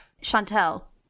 chantelle